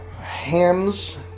Ham's